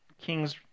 king's